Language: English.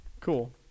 cool